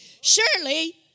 surely